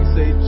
Say